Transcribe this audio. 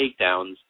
takedowns